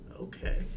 okay